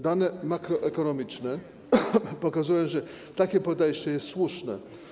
Dane makroekonomiczne pokazują, że takie podejście jest słuszne.